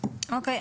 או.קיי.